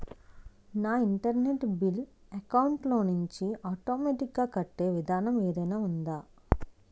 నా internet bill account లోంచి automatic గా కట్టే విధానం ఏదైనా ఉందా?